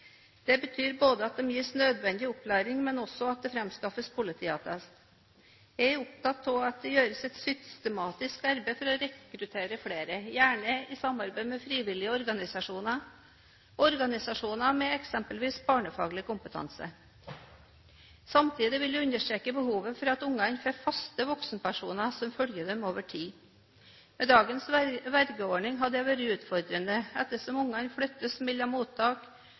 Det betyr ikke bare at de gis nødvendig opplæring, men også at det fremskaffes politiattest. Jeg er opptatt av at det gjøres et systematisk arbeid for å rekruttere flere, gjerne i samarbeid med frivillige organisasjoner og organisasjoner med eksempelvis barnefaglig kompetanse. Samtidig vil jeg understreke behovet for at barna får faste voksenpersoner som følger dem over tid. Med dagens vergeordning har dette vært utfordrende ettersom barna flyttes mellom mottak,